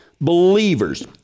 believers